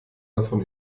davon